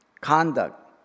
conduct